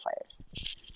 players